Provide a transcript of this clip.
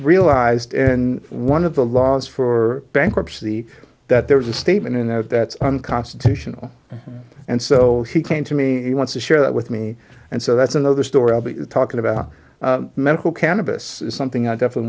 realized in one of the laws for bankruptcy that there was a statement in that that's unconstitutional and so he came to me he wants to share that with me and so that's another story i'll be talking about medical cannabis is something i definitely